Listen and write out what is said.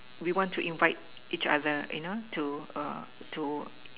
we want to invite each other you know to